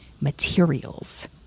materials